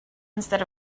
instead